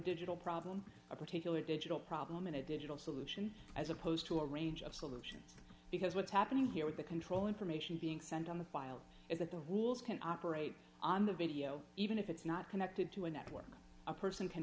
digital problem a particular digital problem in a digital solution as opposed to a range of solutions because what's happening here with the control information being sent on the file is that the rules can operate on the video even if it's not connected to a network a person can